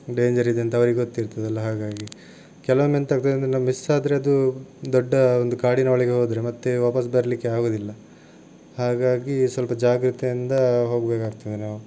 danger ಇದೆ ಅಂತ ಅವರಿಗೆ ಗೊತ್ತಿರ್ತದಲ್ಲ ಹಾಗಾಗಿ ಕೆಲವೊಮ್ಮೆ ಎಂತಾಗ್ತದಂದ್ರೆ ನಾವು ಮಿಸ್ ಆದರೆ ಅದು ದೊಡ್ಡ ಒಂದು ಕಾಡಿನೊಳಗೆ ಹೋದರೆ ಮತ್ತೆ ವಾಪಸ್ ಬರಲಿಕ್ಕೆ ಆಗೋದಿಲ್ಲ ಹಾಗಾಗಿ ಸ್ವಲ್ಪ ಜಾಗ್ರತೆಯಿಂದ ಹೋಗಬೇಕಾಗ್ತದೆ ನಾವು